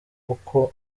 uko